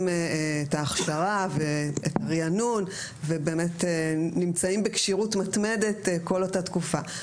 את ההכשרה ואת הריענון ובאמת נמצאים בכשירות מתמדת כל אותה תקופה.